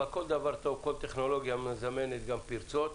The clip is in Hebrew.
אבל כל טכנולוגיה מזמנת גם פרצות,